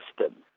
system